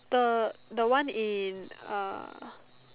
the the one in uh